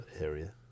area